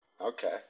Okay